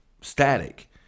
static